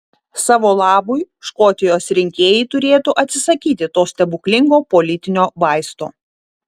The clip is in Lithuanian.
savo labui škotijos rinkėjai turėtų atsisakyti to stebuklingo politinio vaisto